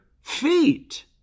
feet